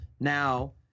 Now